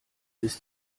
ist